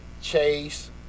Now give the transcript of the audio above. Chase